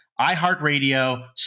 iHeartRadio